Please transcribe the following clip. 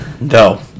No